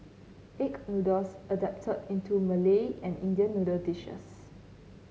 egg noodles adapted into Malay and Indian noodle dishes